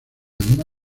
misma